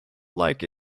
like